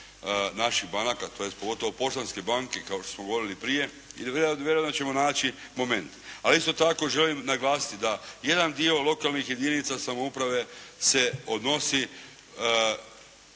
naših banaka, tj. pogotovo poštanske banke kao što smo govorili prije ili vjerujem da ćemo naći moment. A isto tako želim naglasiti da jedan dio lokalnih jedinica samouprave se odnosi